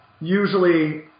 usually